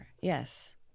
yes